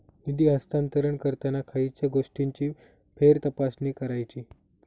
निधी हस्तांतरण करताना खयच्या गोष्टींची फेरतपासणी करायची?